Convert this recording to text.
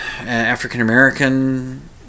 African-American